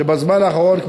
בזמן האחרון,